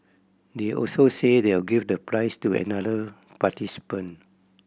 they also said they'll give the prize to another participant